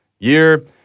year